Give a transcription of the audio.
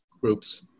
groups